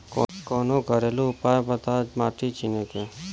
कवनो घरेलू उपाय बताया माटी चिन्हे के?